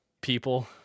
people